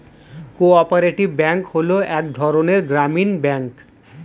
co operative bank হলো এক ধরনের গ্রামীণ ব্যাঙ্ক